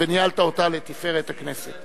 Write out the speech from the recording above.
וניהלת אותה לתפארת הכנסת.